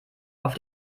auf